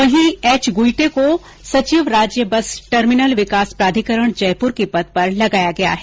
वहीं एच गुईटे को सचिव राज्य बस टर्मिनल विकास प्राधिकरण जयपुर के पद पर लगाया गया है